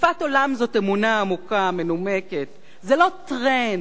השקפת עולם זאת אמונה עמוקה, מנומקת, זה לא טרנד,